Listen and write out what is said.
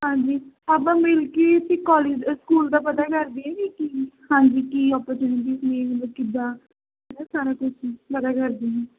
ਹਾਂਜੀ ਆਪਾਂ ਮਿਲ ਕੇ ਅਸੀਂ ਕੋਲਜ ਸਕੂਲ ਦਾ ਪਤਾ ਕਰਦੇ ਹਾਂ ਵੀ ਕੀ ਹਾਂਜੀ ਕੀ ਓਪਰਚੁਨਿਟੀਜ਼ ਨੇ ਮਤਲਬ ਕਿੱਦਾਂ ਸਾਰਾ ਕੁਛ ਪਤਾ ਕਰਦੇ ਹਾਂ